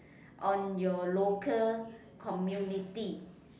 on your local community